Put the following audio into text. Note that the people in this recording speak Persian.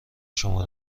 شما